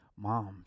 mom